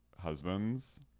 husbands